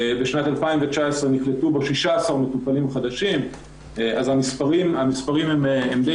בשנת 2019 נקלטו בו 16 מטופלים חדשים אז המספרים די